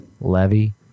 Levy